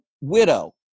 widow